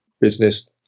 business